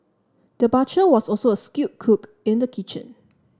the butcher was also a skilled cook in the kitchen